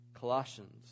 Colossians